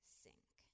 sink